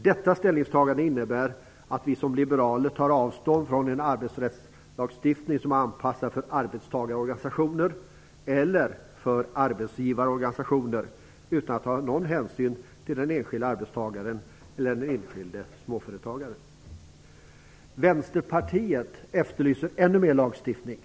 Detta ställningstagande innebär att vi som liberaler tar avstånd från den arbetsrättslagstiftning som är anpassad för arbetstagarorganisationer eller för arbetsgivarorganisationer utan att den tar någon hänsyn till den enskilde arbetstagaren eller den enskilde småföretagaren. Vänsterpartiet efterlyser ännu mer lagstiftning.